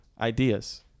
ideas